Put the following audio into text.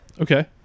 Okay